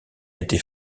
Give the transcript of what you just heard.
été